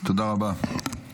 תודה רבה לשר,